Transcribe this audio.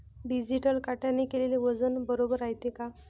Digital काट्याने केलेल वजन बरोबर रायते का?